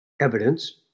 evidence